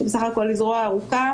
שבסך הכול היא זרוע ארוכה,